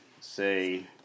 say